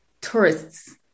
tourists